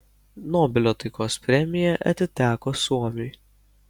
nobelio taikos premija atiteko suomiui